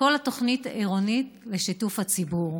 כל תוכנית עירונית, בשיתוף הציבור.